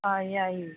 ꯑꯥ ꯌꯥꯏꯌꯦ